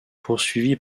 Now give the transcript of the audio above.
poursuivi